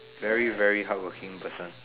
very very hardworking person